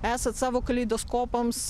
esat savo kaleidoskopams